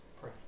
pray